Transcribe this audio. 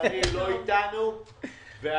שלצערי לא איתנו ואני.